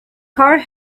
card